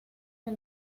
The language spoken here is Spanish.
del